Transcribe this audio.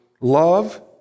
love